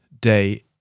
day